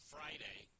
Friday